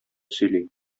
сөйли